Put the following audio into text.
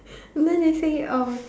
you know they say um